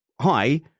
hi